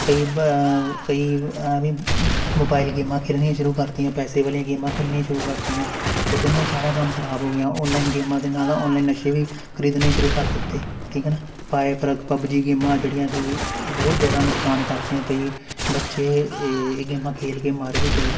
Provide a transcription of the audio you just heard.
ਕਈ ਬ ਕਈ ਐਂਵੀ ਮ ਮੋਬਾਇਲ ਗੇਮਾਂ ਖੇਲਣੀਆਂ ਸ਼ੁਰੂ ਕਰਤੀਆਂ ਪੈਸੇ ਵਾਲੀਆਂ ਗੇਮਾਂ ਖੇਲਣੀਆਂ ਸ਼ੁਰੂ ਕਰ ਦਿੱਤੀਆਂ ਉਹਦੇ ਨਾਲ ਸਾਰਾ ਕੰਮ ਖ਼ਰਾਬ ਹੋ ਗਿਆ ਔਨਲਾਈਨ ਗੇਮਾਂ ਦੇ ਨਾਲ ਆਨਲਾਈਨ ਨਸ਼ੇ ਵੀ ਖਰੀਦਣੇ ਸ਼ੁਰੂ ਕਰ ਦਿੱਤੇ ਠੀਕ ਹੈ ਨਾ ਫਾਇਰ ਫਰੱਗ ਪੱਬਜੀ ਗੇਮਾਂ ਜਿਹੜੀਆਂ ਕਿ ਬਹੁਤ ਜ਼ਿਆਦਾ ਨੁਕਸਾਨ ਕਰਦੀਆਂ ਕਈ ਬੱਚੇ ਇਹ ਗੇਮਾਂ ਖੇਲ੍ਹ ਕੇ ਮਰ ਵੀ ਗਏ